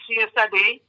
yesterday